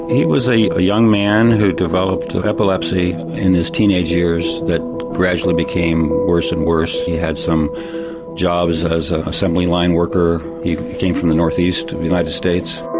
he was a young man who developed epilepsy in his teenage years that gradually became worse and worse. he had some jobs as an assembly line worker, he came from the north east of the united states.